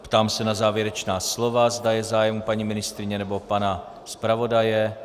Ptám se na závěrečná slova, zda je zájem paní ministryně nebo pana zpravodaje.